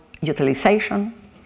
utilization